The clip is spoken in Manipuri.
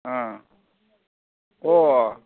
ꯑꯥ ꯑꯣ